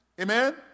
Amen